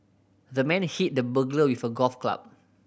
the man hit the burglar with a golf club